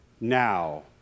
now